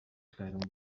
kleidung